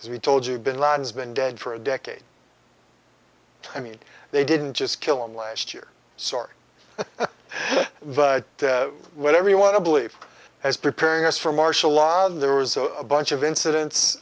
as we told you bin laden's been dead for a decade i mean they didn't just kill him last year sorry but whatever you want to believe as preparing us for martial law there was a bunch of incidents